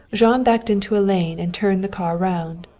jean backed into a lane and turned the car round.